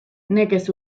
nekez